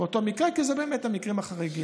באותו מקרה, כי אלה באמת המקרים החריגים.